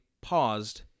paused